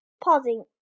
pausing